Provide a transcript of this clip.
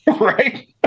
right